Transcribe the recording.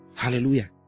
hallelujah